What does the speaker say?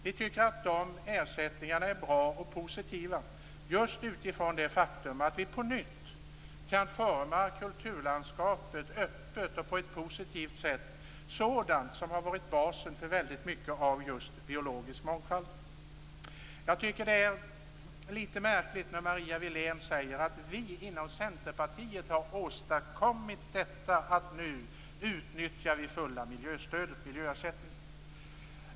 Vi tycker att de ersättningarna är bra och positiva, just utifrån det faktum att vi på nytt kan forma kulturlandskapet öppet och på ett positivt sätt, sådant som har varit basen för väldigt mycket av biologisk mångfald. Jag tycker att det är litet märkligt när Marie Wilén säger att det är Centerpartiet som har åstadkommit detta att vi nu utnyttjar den fulla miljöersättningen.